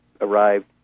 arrived